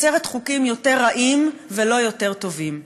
יוצרים חוקים יותר רעים ולא יותר טובים.